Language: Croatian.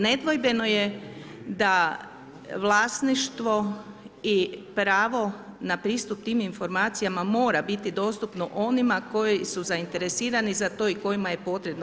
Nedvojbeno je da vlasništvo i pravo na pristup tim informacijama mora biti dostupno onima koji su zainteresirani za to i kojima je potrebno.